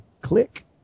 click